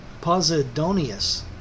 Posidonius